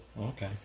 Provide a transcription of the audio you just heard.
Okay